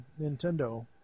Nintendo